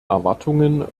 erwartungen